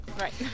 right